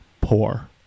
poor